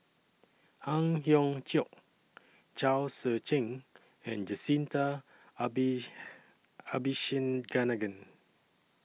Ang Hiong Chiok Chao Tzee Cheng and Jacintha Abi Abisheganaden